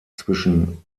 zwischen